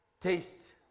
taste